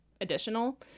additional